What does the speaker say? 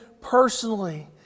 personally